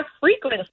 frequent